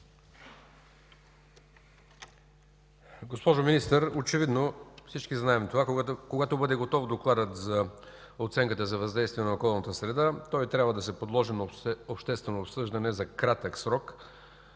Госпожо Министър, очевидно, всички знаем това, когато бъде готов докладът за оценката на въздействието върху околната среда, той трябва да се подложи на обществено обсъждане за кратък срок,